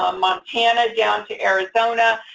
um montana down to arizona,